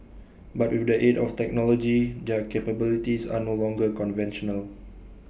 but with the aid of technology their capabilities are no longer conventional